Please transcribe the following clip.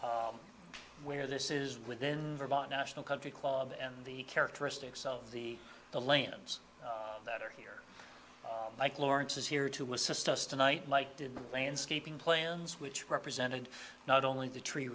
of where this is within our bought national country club and the characteristics of the the lands that are here like lawrence is here to assist us tonight like did the landscaping plans which represented not only the tree